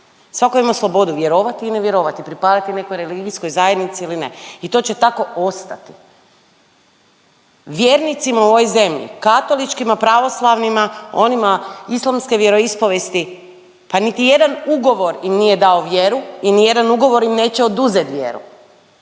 svako ima slobodu vjerovati i ne vjerovati, pripadati nekoj religijskoj zajednici ili ne i to će tako ostati. Vjernicima u ovoj zemlji, katoličkima, pravoslavnima, onima islamske vjeroispovijesti, pa niti jedan ugovor im nije dao vjeru i nijedan ugovor im neće oduzet vjeru